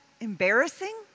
embarrassing